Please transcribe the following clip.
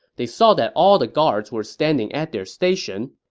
they saw that all the guards were standing at their station.